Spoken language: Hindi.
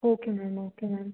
okay ma'am okay ma'am